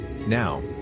now